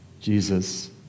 Jesus